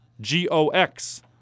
G-O-X